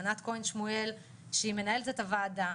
ענת כהן שמואל שמנהלת את הוועדה,